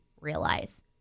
realize